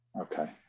Okay